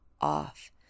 off